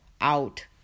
out